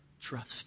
Trust